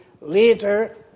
later